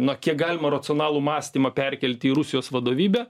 na kiek galima racionalų mąstymą perkelti į rusijos vadovybę